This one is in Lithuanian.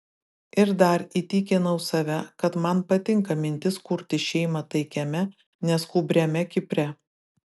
ir dar įtikinau save kad man patinka mintis kurti šeimą taikiame neskubriame kipre